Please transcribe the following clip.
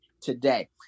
today